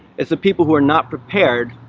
it's the people who are not prepared.